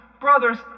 brothers